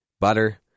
Butter